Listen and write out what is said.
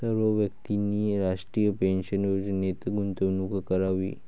सर्व व्यक्तींनी राष्ट्रीय पेन्शन योजनेत गुंतवणूक करावी